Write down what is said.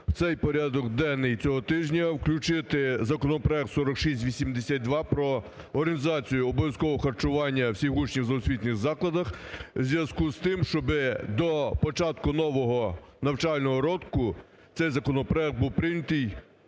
в цей порядок денний цього тижня включити законопроект 4682 про організацію обов'язкового харчування всіх учнів в загальноосвітніх закладах в зв'язку із тим, щоби до початку нового навчального року цей законопроект був прийнятий